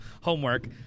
homework